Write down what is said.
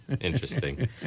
Interesting